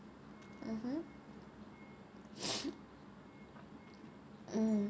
mmhmm mm